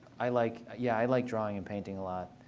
i like yeah like drawing and painting a lot.